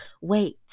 Wait